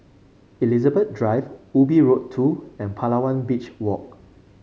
Elizabeth Drive Ubi Road Two and Palawan Beach Walk